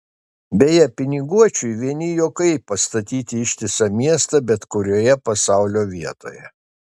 beje piniguočiui vieni juokai pastatyti ištisą miestą bet kurioje pasaulio vietoje